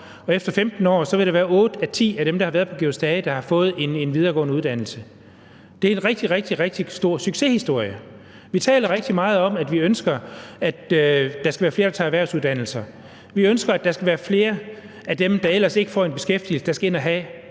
og efter 15 år vil der være otte ud af ti af dem, der har været på »Georg Stage«, der har fået en videregående uddannelse. Det er en rigtig, rigtig stor succeshistorie. Vi taler rigtig meget om, at vi ønsker, at der skal være flere, der tager erhvervsuddannelser. Vi ønsker, at der skal være flere af dem, der ellers ikke får en beskæftigelse, der skal ind at tage